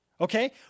Okay